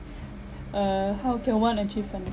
uh how can one achieve financial